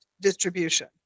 distribution